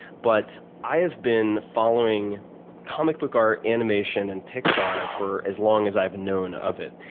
but i've been following comic book art, animation and pixar for as long as i've known of it.